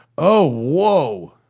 oh whoa!